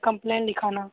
complain लिखाना